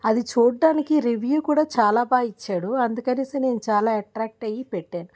అది చూడ్డానికి రివ్యూ కూడా చాలా బాగా ఇచ్చాడు అందుకనేసి నేను చాలా అట్రాక్ట్ అయ్యి పెట్టాను